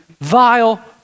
vile